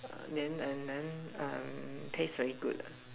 err then and then err taste very good ah